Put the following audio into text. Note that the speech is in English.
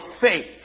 faith